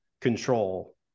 control